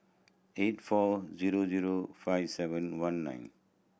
eight four zero zero five seven one nine